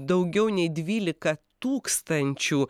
daugiau nei dvylika tūkstančių